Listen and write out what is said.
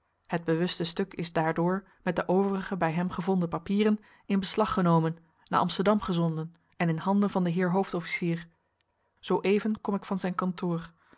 het bewuste stuk is daardoor met de overige bij hem gevonden papieren in beslag genomen naar amsterdam gezonden en in handen van den heer hoofdofficier zooeven kom ik van zijn kantoor